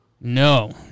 no